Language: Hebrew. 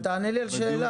אבל תענה לי על השאלה,